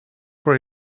for